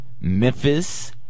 Memphis